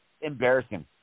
Embarrassing